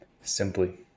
Simply